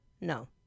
No